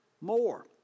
more